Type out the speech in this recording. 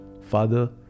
Father